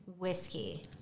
Whiskey